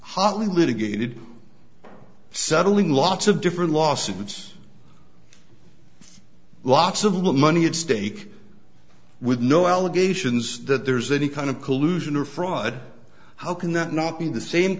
hotly litigated settling lots of different lawsuits lots of little money at stake with no allegations that there's any kind of collusion or fraud how can that not be the same